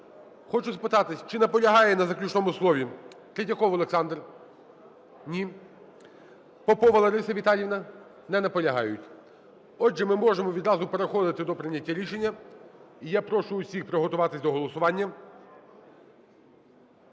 Хочу спитатись, чи наполягає на заключному слові Третьяков Олександр? Ні. Попова Лариса Віталіївна? Не наполягають. Отже, ми можемо відразу переходимо до прийняття рішення. І я прошу всіх приготуватися до голосування,